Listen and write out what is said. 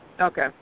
Okay